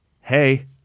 hey